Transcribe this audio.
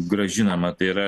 grąžinama tai yra